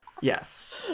Yes